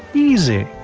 easy!